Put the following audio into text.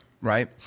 right